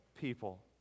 people